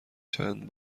چند